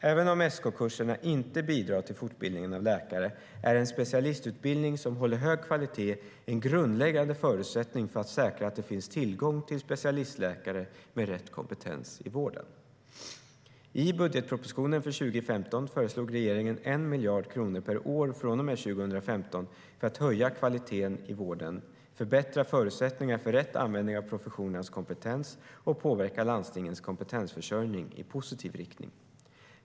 Även om SK-kurserna inte bidrar till fortbildningen av läkare är en specialistutbildning som håller hög kvalitet en grundläggande förutsättning för att säkra att det finns tillgång till specialistläkare med rätt kompetens i vården. I budgetpropositionen för 2015 föreslog regeringen 1 miljard kronor per år från och med 2015 för att höja kvaliteten i vården, förbättra förutsättningarna för rätt användning av professionernas kompetens och påverka landstingens kompetensförsörjning i positiv riktning.